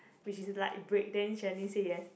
which is like break then Sherilyn say yes